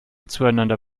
zueinander